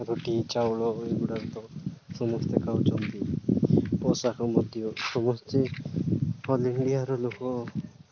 ରୁଟି ଚାଉଳ ଏଗୁଡ଼ାକ ତ ସମସ୍ତେ ଖାଉଛନ୍ତି ପୋଷାକ ମଧ୍ୟ ସମସ୍ତେ ଅଲ୍ ଇଣ୍ଡିଆର ଲୋକ